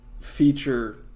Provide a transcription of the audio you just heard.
feature